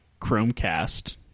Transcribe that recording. Chromecast